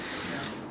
ya